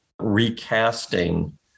recasting